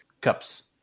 cups